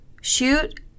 shoot